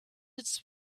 its